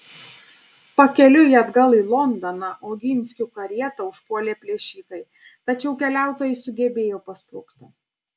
pakeliui atgal į londoną oginskių karietą užpuolė plėšikai tačiau keliautojai sugebėjo pasprukti